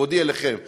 מכבודי אליכם,